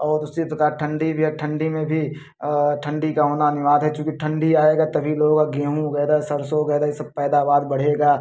और उसी प्रकार ठंडी भी है ठंडी में भी ठंडी का होना अनिवार्य है चूँकि ठंडी आएगा तभी लोग अब गेहूं वगैरह सरसों वगैरह ये सब पैदावार बढ़ेगा